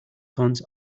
cons